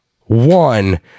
One